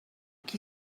qui